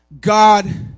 God